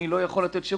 אני לא יכול לתת שירות.